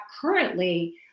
currently